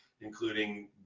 including